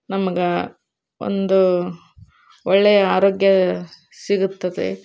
ನಮ್ಗೆ ಒಂದು ಒಳ್ಳೆಯ ಆರೋಗ್ಯ ಸಿಗುತ್ತದೆ